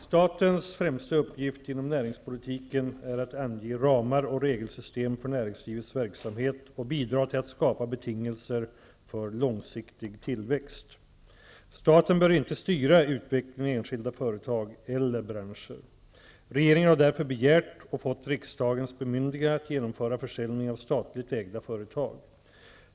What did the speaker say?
Statens främsta uppgift inom närinspolitiken är att ange ramar och regelsystem för näringslivets verksamhet och bidra till att skapa betingelser för långsiktig tillväxt. Staten bör inte styra utvecklingnen i enskilda företag eller branscher. Regeringen har därför begärt och fått riksdagens bemyndigande att genomföra försäljningen av statligt ägda företag.